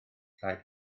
rhaid